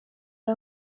ari